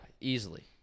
Easily